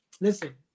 Listen